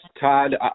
Todd